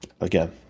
again